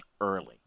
early